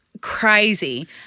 Crazy